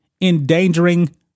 endangering